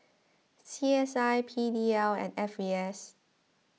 C S I P D L and F A S